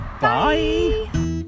Bye